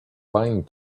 pine